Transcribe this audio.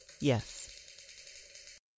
yes